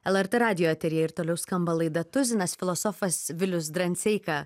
lrt radijo eteryje ir toliau skamba laida tuzinas filosofas vilius dranseika